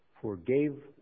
forgave